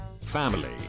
family